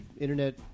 internet